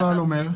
מה הנוהל אומר?